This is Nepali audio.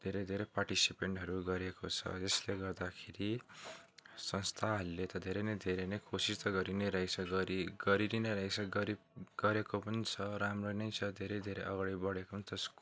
धेरै धेरै पार्टिसिपेन्टहरू गरेको छ जसले गर्दाखेरि संस्थाहरूले त धेरै नै धेरै नै कोसिस त गरि नै रहेको छ गरि नै रहेको छ गरेको पनि छ राम्रै नै छ धेरै धेरै अगाडि बढेको पनि छ